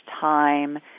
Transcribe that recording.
time